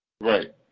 Right